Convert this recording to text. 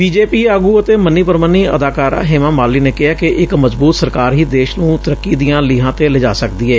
BJP ਆਗੁ ਅਤੇ ਮੰਨੀ ਪ੍ਰਮੰਨੀ ਅਦਾਕਾਰ ਹੇਮਾ ਮਾਲਿਨੀ ਨੇ ਕਿਹੈ ਕਿ ਇਕ ਮਜ਼ਬੁਤ ਸਰਕਾਰ ਹੀ ਦੇਸ਼ ਨੂੰ ਤਰੱਕੀ ਦੀਆਂ ਲੋਹਾਂ ਤੇ ਲਿਜਾ ਸਕਦੀ ਏ